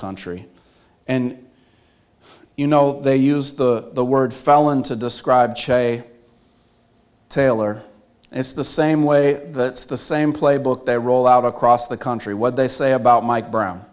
country and you know they use the word felon to describe che taylor it's the same way that the same playbook they roll out across the country what they say about mike brown